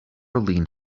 leaned